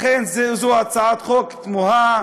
לכן, זאת הצעת חוק תמוהה,